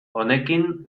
honekin